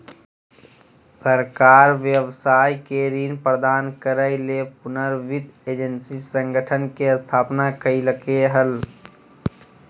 सरकार व्यवसाय के ऋण प्रदान करय ले पुनर्वित्त एजेंसी संगठन के स्थापना कइलके हल